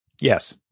Yes